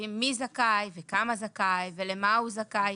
קובעים מי זכאי, לכמה זכאי ולמה הוא זכאי.